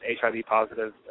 HIV-positive